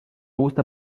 gusta